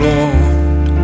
Lord